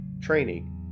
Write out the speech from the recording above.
training